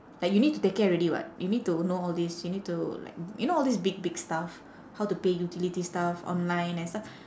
like you need to take care already [what] you need to know all this you need to like you know all these big big stuff how to pay utility stuff online and stuff